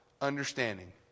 understanding